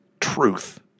truth